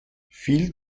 viel